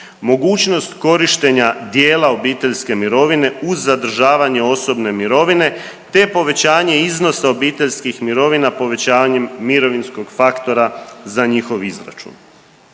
mogućnost korištenja dijela obiteljske mirovine uz zadržavanje osobne mirovine te povećanje iznosa obiteljskih mirovina povećanjem mirovinskog faktora za njihov izračun,